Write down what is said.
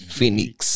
Phoenix